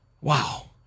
Wow